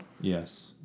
yes